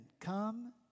come